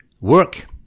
work